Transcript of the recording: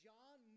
John